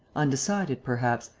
undecided perhaps,